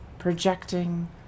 projecting